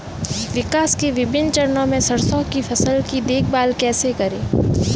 विकास के विभिन्न चरणों में सरसों की फसल की देखभाल कैसे करें?